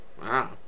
Wow